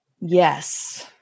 Yes